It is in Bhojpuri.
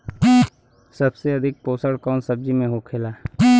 सबसे अधिक पोषण कवन सब्जी में होखेला?